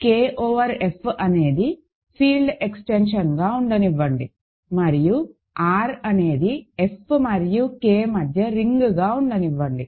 K over F అనేది field ఎక్స్టెన్షన్గా ఉండనివ్వండి మరియు R అనేది F మరియు K మధ్య రింగ్గా ఉండనివ్వండి